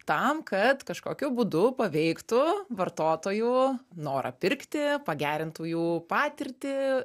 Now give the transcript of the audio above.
tam kad kažkokiu būdu paveiktų vartotojų norą pirkti pagerintų jų patirtį